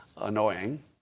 annoying